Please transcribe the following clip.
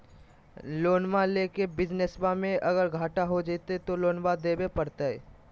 लोनमा लेके बिजनसबा मे अगर घाटा हो जयते तो लोनमा देवे परते?